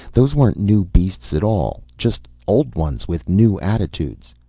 those weren't new beasts at all just old ones with new attitudes.